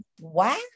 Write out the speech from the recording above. wow